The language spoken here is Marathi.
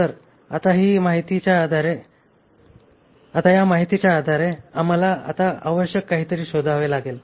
तर आता या माहितीच्या आधारे आम्हाला आता आवश्यक काहीतरी शोधावे लागेल